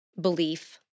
belief